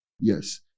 Yes